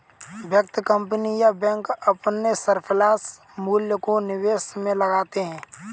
व्यक्ति, कंपनी या बैंक अपने सरप्लस मूल्य को निवेश में लगाते हैं